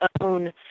own